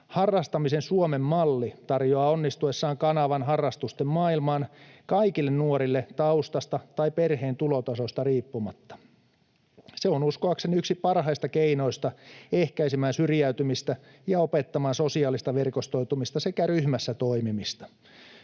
Harrastamisen Suomen malli tarjoaa onnistuessaan kanavan harrastusten maailmaan kaikille nuorille taustasta tai perheen tulotasosta riippumatta. Se on uskoakseni yksi parhaista keinoista ehkäistä syrjäytymistä ja opettaa sosiaalista verkostoitumista sekä ryhmässä toimimista.